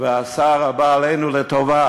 והשר הבא עלינו לטובה